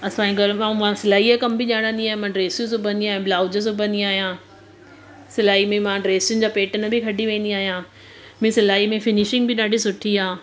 असांजे घरु भाऊ मां सिलाईअ जो कम बि ॼाणंदी आहियां मां ड्रेसूं सिबंदी आहियां ब्लाउज़ सिबंदी आहियां सिलाई आहियां सिलाई में मां ड्रेसूनि जा पेटन बि खटी वेंदी आहियां मुंहिंजी सिलाई में फिनीशिंग बि ॾाढी सुठी आहे